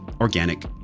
organic